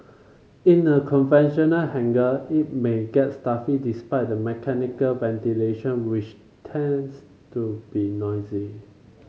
in a conventional hangar it may gets stuffy despite the mechanical ventilation which tends to be noisy